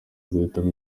guhitamo